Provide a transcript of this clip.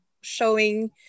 showing